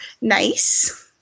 nice